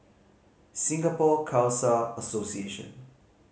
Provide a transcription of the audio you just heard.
Singapore Khalsa Association